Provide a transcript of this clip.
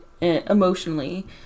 emotionally